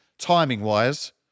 Timing-wise